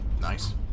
Nice